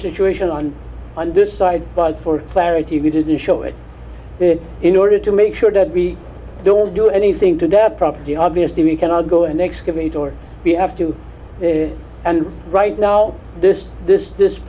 situation on on this side but for clarity we didn't show it in order to make sure that we don't do anything to the property obviously we can all go and excavate or we have to and right now this this this